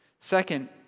Second